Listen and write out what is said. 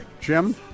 Jim